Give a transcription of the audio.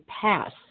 pass